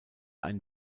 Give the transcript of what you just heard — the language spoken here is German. ein